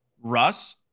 Russ